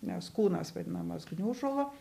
nes kūnas vadinamas gniužulu